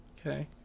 Okay